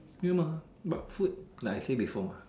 you mah but food like I say before mah